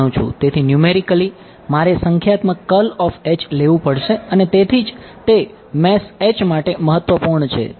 તેથી ન્યૂમેરિકલી મારે સંખ્યાત્મક લેવું પડશે અને તેથી જ તે મેશ માટે મહત્વપૂર્ણ છે